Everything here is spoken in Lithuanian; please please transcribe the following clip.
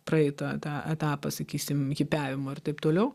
praeitą tą etapą sakysim hipiavimo ir taip toliau